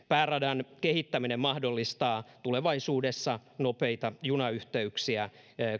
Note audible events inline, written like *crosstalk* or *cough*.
*unintelligible* pääradan kehittäminen mahdollistaa tulevaisuudessa nopeita junayhteyksiä